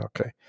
Okay